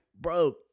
Bro